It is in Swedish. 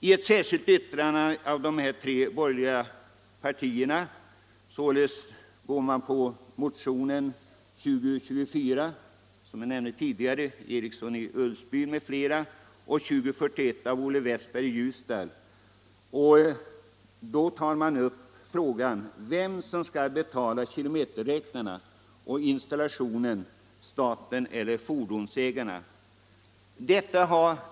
I ett särskilt yttrande av de tre borgerliga partierna går man på motionerna 2024 av herr Eriksson i Ulfsbyn m.fl. och 2041 av herr Westberg i Ljusdal, och man tar där upp frågan om vem som skall betala kilometerräknarna och installationen av dem, om det är staten eller fordonsägarna som skall göra det.